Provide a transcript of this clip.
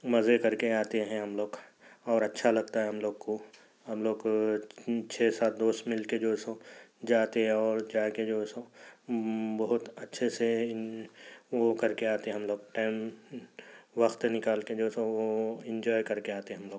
مزے کر کے آتے ہیں ہم لوگ اور اچھا لگتا ہے ہم لوگ کو ہم لوگ چھ سات دوست مل کے جو سو جاتے ہیں اور جا کے جو سو بہت اچھے سے وہ کر کے آتے ہیں ہم لوگ ٹائم وقت نکال کے جو سو وہ انجوائے کر کے آتے ہیں ہم لوگ